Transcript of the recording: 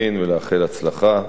ונאחל הצלחה,